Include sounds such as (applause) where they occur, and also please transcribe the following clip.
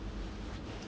(noise)